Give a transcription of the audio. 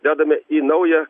dedame į naują